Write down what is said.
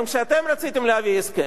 גם כשאתם רציתם להביא הסכם,